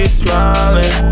smiling